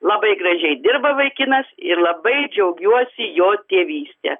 labai gražiai dirba vaikinas ir labai džiaugiuosi jo tėvyste